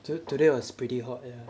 to~ today was pretty hot yeah